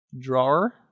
drawer